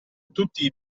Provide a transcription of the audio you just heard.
tutti